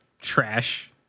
trash